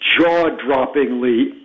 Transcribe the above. jaw-droppingly